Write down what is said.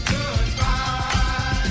Goodbye